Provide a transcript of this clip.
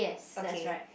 okay